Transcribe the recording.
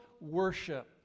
worship